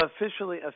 Officially